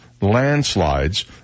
landslides